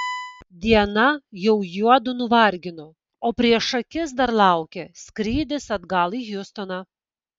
diena jau juodu nuvargino o prieš akis dar laukė skrydis atgal į hjustoną